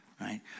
right